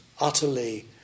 utterly